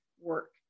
work